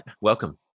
Welcome